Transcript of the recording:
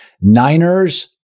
Niners